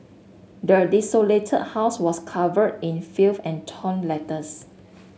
the desolated house was covered in filth and torn letters